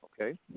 Okay